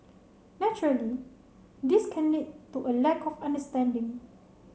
naturally this can lead to a lack of understanding